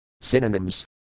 Synonyms